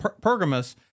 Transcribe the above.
Pergamus